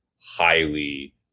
highly